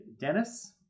Dennis